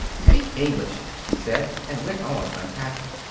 speak english, she said, and went on unpacking.